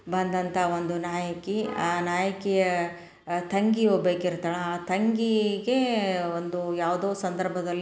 ಬಂದಂಥ ಒಂದು ನಾಯಕಿ ಆ ನಾಯಕಿಯ ತಂಗಿ ಒಬ್ಬಾಕೆ ಇರ್ತಾಳೆ ಆ ತಂಗೀಗೆ ಒಂದು ಯಾವುದೋ ಸಂದರ್ಭದಲ್ಲಿ